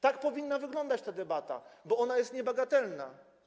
Tak powinna wyglądać ta debata, bo ona jest niebagatelna.